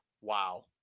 Wow